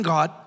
God